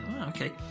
okay